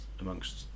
amongst